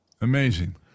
Amazing